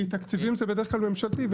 תקציבים זה בדרך כלל ממשלתי.